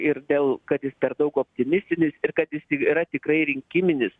ir dėl kad jis per daug optimistinis ir kad jis tik yra tikrai rinkiminis